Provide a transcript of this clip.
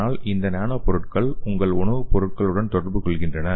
ஆனால் இந்த நானோ பொருட்கள் உங்கள் உணவுப் பொருட்களுடன் தொடர்பு கொள்கின்றன